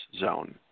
zone